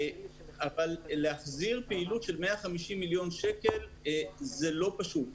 אבל להחזיר פעילות של 150 מיליון שקל, זה לא פשוט.